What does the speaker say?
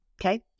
okay